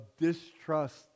distrust